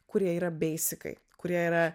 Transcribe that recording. kurie yra beisikai kurie yra